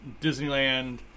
Disneyland